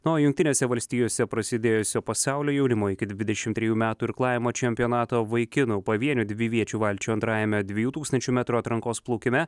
na o jungtinėse valstijose prasidėjusio pasaulio jaunimo iki dvidešim trijų metų irklavimo čempionato vaikinų pavienių dviviečių valčių antrajame dviejų tūkstančių metrų atrankos plaukime